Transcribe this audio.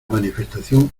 manifestación